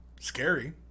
Scary